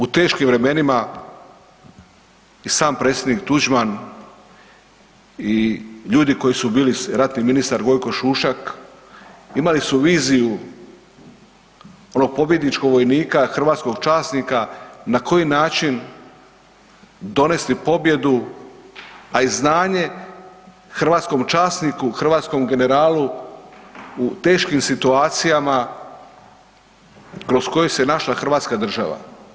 U teškim vremenima i sam predsjednik Tuđman i ljudi koji su bili ratni ministar Gojko Šušak imali su viziju onog pobjedničkog vojnika hrvatskog časnika na koji način donesti pobjedu, a i znanje hrvatskom časniku, hrvatskom generalu u teškim situacijama kroz koje se našla Hrvatska država.